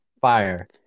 fire